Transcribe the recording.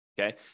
okay